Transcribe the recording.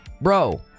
bro